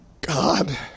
God